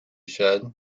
said